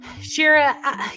shira